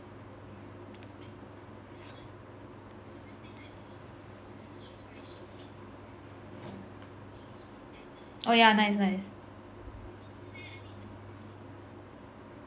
oh yeah nice nice